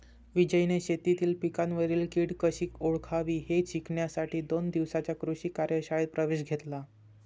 विजयने शेतीतील पिकांवरील कीड कशी ओळखावी हे शिकण्यासाठी दोन दिवसांच्या कृषी कार्यशाळेत प्रवेश घेतला